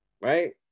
right